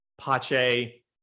Pache